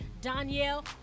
Danielle